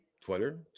Twitter